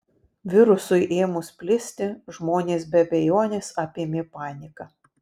virusui ėmus plisti žmonės be abejonės apėmė panika